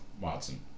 Watson